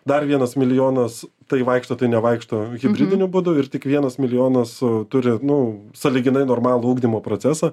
dar vienas milijonas tai vaikšto tai nevaikšto hibridiniu būdu ir tik vienas milijonas turi nu sąlyginai normalų ugdymo procesą